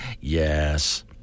yes